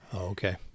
Okay